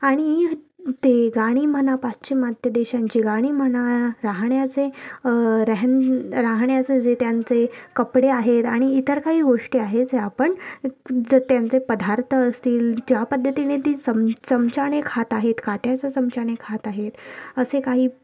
आणि ते गाणी म्हणा पाश्चिमात्य देशांची गाणी म्हणा राहण्याचे रेहेन राहण्याचे जे त्यांचे कपडे आहेत आणि इतर काही गोष्टी आहेत जे आपण जर त्यांचे पदार्थ असतील ज्या पद्धतीने ती चम चमच्याने खात आहेत काट्याच्या चमच्याने खात आहेत असे काही